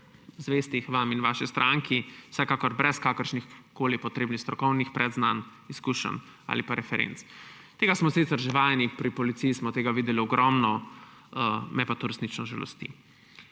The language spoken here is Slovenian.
zvestih vam in vaši stranki, vsekakor brez kakršnihkoli potrebnih strokovnih predznanj, izkušenj ali pa referenc. Tega smo sicer že vajeni, pri policiji smo tega videli ogromno, me pa to resnično žalosti.